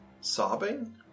sobbing